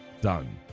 done